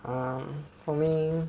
um for me